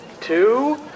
two